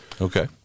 Okay